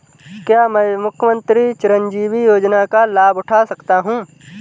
क्या मैं मुख्यमंत्री चिरंजीवी योजना का लाभ उठा सकता हूं?